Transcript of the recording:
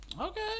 Okay